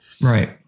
right